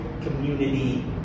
community